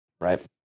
right